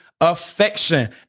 affection